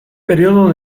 período